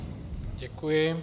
Děkuji.